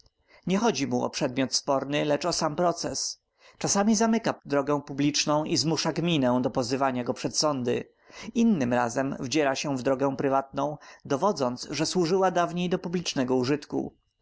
nie chodzi mu o przedmiot sporny lecz o sam proces czasami zamyka drogę publiczną i zmusza gminę do pozywania go przed sądy innym razem wdziera się w drogę prywatną dowodząc że służyła dawniej do publicznego użytku